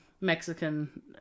Mexican